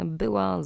była